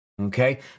Okay